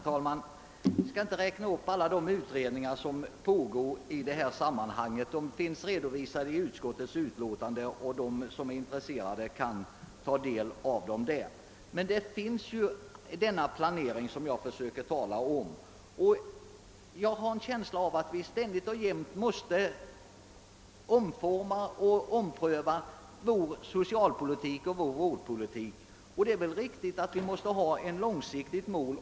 Herr talman! Jag skall inte räkna upp alla de utredningar i dessa frågor som pågår — de finns redovisade i utskot tets utlåtande, och den som är intresserad kan ta del av vad som står där. Det bedrivs alltså en sådan planering som man talar om. Jag menar att vi ständigt måste ompröva och omforma vår socialpolitik och vårdpolitik, och självfallet måste vi ställa upp ett långsiktigt mål.